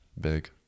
big